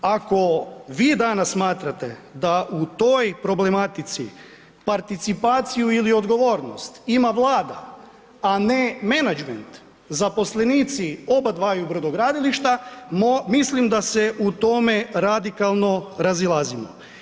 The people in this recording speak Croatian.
Ako vi danas smatrate da u toj problematici participaciju ili odgovornost ima Vlada, a ne menadžment, zaposlenici oba dvaju brodogradilišta, mislim da se u tome radikalno razilazimo.